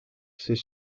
ses